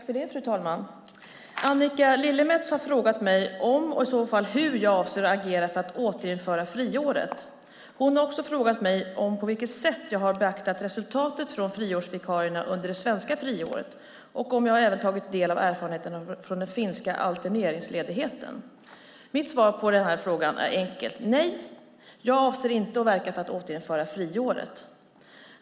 Fru talman! Annika Lillemets har frågat mig om och i så fall hur jag avser att agera för att återinföra friåret. Hon har också frågat mig på vilket sätt jag har beaktat resultatet för friårsvikarierna under det svenska friåret och om jag även har tagit del av erfarenheterna från den finska alterneringsledigheten. Mitt svar på den första frågan är enkelt - nej, jag avser inte att verka för att återinföra friåret.